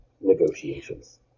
negotiations